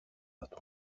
του